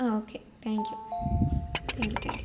ആ okay thank you thank you thank U